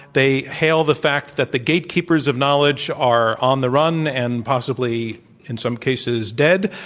they hail the fact that the gatekeepers of knowledge are on the run and possibly in some cases dead.